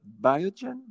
Biogen